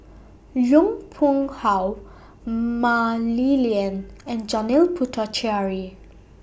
Yong Pung How Mah Li Lian and Janil Puthucheary